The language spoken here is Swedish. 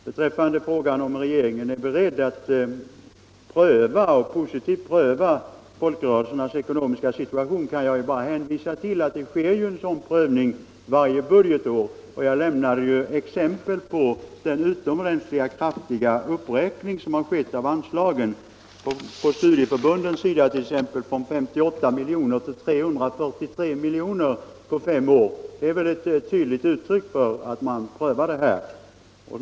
Beträffande frågan om regeringen är beredd att positivt pröva folkrörelsernas ekonomiska situation kan jag bara hänvisa till att det sker en sådan prövning varje budgetår, och jag lämnade exempel på den utomordentligt kraftiga uppräkning som skett av anslagen. På studieförbundssidan t.ex. har anslagen ökat från 58 milj.kr. till 343 milj.kr. på fem år. Det är väl ett tydligt uttryck för att man prövar frågan.